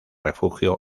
refugio